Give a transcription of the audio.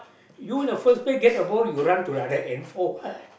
you in the first place you run to the other end for what